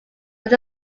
was